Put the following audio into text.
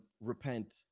repent